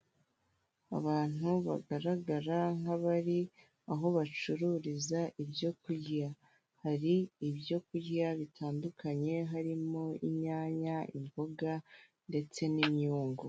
Abantu bagaragara nk'abari aho bacururiza ibyokurya, hari ibyo kurya bitandukanye harimo inyanya imboga ndetse n'iminyungu.